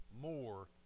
more